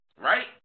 Right